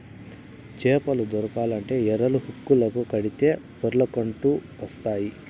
చేపలు దొరకాలంటే ఎరలు, హుక్కులు కడితే పొర్లకంటూ వస్తాయి